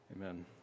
Amen